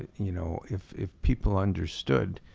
you know if if people understood